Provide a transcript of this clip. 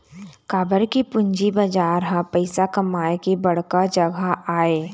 काबर के पूंजी बजार ह पइसा कमाए के बड़का जघा आय